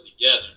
together